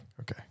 okay